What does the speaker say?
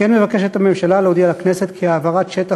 כמו כן מבקשת הממשלה להודיע לכנסת כי העברת שטח